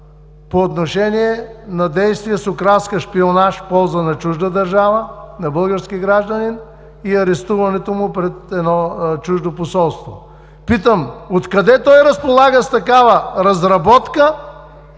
по отношение на действие с окраска „шпионаж в полза на друга държава“ на български гражданин и арестуването му пред едно чуждо посолство. Питам, от къде той разполага с такава разработка